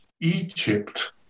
Egypt